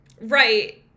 right